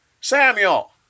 Samuel